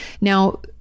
Now